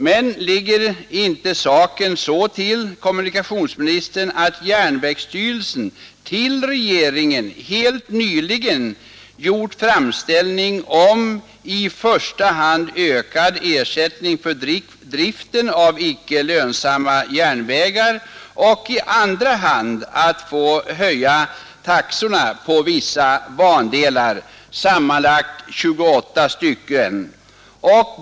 Men ligger inte saken så till, herr kommunikationsminister, att järnvägsstyrelsen till regeringen helt nyligen gjort framställning i första hand om ökad ersättning för drift av icke lönsamma järnvägar och i andra hand om att få höja taxorna på vissa bandelar, sammanlagt 28 stycken?